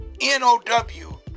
N-O-W